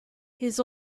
his